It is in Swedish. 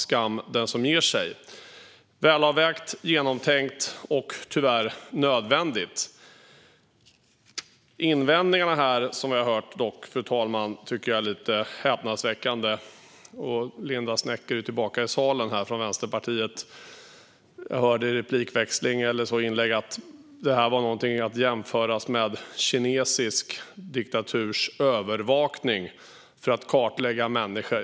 Skam den som ger sig! Förslaget är välavvägt, genomtänkt och tyvärr nödvändigt. Invändningarna som vi har hört här är dock lite häpnadsväckande. Linda Westerlund Snecker från Vänsterpartiet är tillbaka i salen. Jag hörde i ett inlägg att detta var någonting att jämföra med kinesisk diktaturs övervakning för att kartlägga människor.